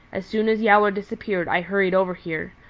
as soon as yowler disappeared i hurried over here.